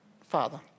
Father